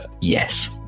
Yes